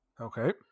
Okay